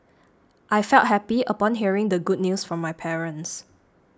I felt happy upon hearing the good news from my parents